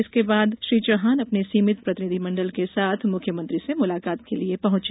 इसके बाद श्री चौहान अपने सीमित प्रतिनिधिमंडल के साथ मुख्यमंत्री से मुलाकात के लिए पहुंचे